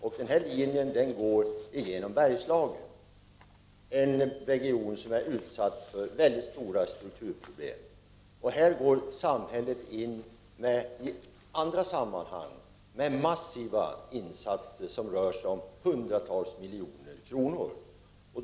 Och denna linje går igenom Bergslagen, en region som är utsatt för mycket stora strukturproblem. Samhället går ju i andra sammanhang in med massiva insatser, hundratals miljonér kronor, i Bergslagen.